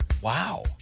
Wow